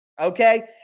Okay